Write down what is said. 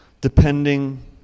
depending